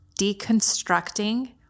deconstructing